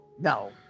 No